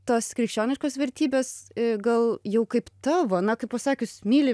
tos krikščioniškos vertybės gal jau kaip tavo na kaip pasakius myli